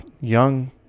young